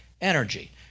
energy